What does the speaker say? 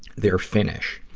they're finnish.